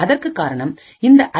அதற்கான காரணம் இந்த ஐ